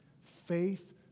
Faith